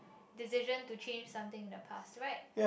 decision to change something in the past right